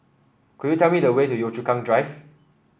could you tell me the way to Yio Chu Kang Drive